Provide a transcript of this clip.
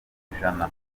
kw’ijana